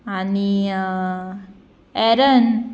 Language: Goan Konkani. आनी एरन